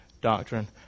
doctrine